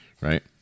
Right